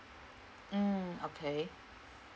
mm okay